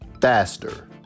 faster